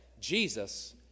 Jesus